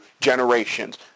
generations